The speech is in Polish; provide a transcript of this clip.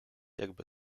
jakby